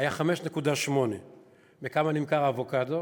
היה 5.8. בכמה נמכר האבוקדו?